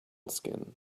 skin